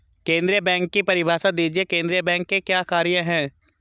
केंद्रीय बैंक की परिभाषा दीजिए केंद्रीय बैंक के क्या कार्य हैं?